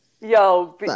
Yo